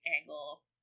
angle